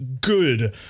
good